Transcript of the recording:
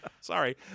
Sorry